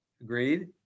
agreed